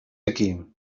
aquí